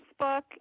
Facebook